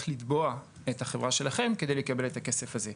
לתבוע את החברה שלכם כדי לקבל את הכסף הזה?